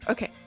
Okay